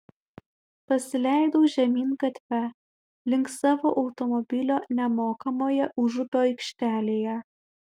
pasileidau žemyn gatve link savo automobilio nemokamoje užupio aikštelėje